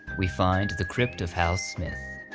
we find the crypt of hal smith.